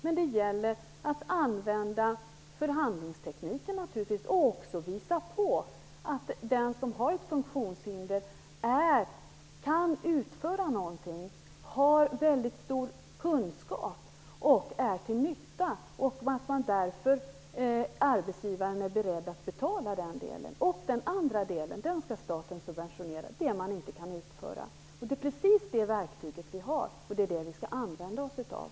Men det gäller naturligtvis att använda förhandlingstekniken och också visa på att den som har ett funktionshinder kan utföra någonting, har väldigt stor kunskap och är till nytta så att arbetsgivaren är beredd att betala för den delen. Den andra delen - det man inte kan utföra - skall staten subventionera. Det är det verktyget vi har, och det är det vi skall använda oss av.